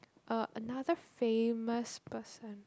uh another famous person